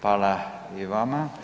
Hvala i vama.